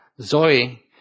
Zoe